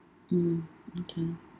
mm okay